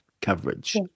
coverage